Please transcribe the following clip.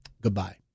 goodbye